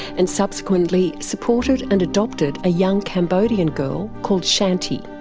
and subsequently supported and adopted a young cambodian girl called chanti,